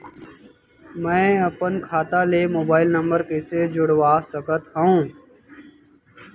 मैं अपन खाता ले मोबाइल नम्बर कइसे जोड़वा सकत हव?